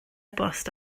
bost